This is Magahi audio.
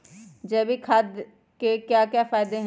जैविक खाद के क्या क्या फायदे हैं?